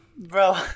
Bro